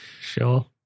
sure